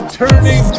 turning